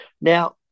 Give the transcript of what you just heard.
Now